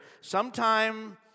sometime